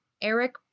Eric